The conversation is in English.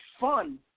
fun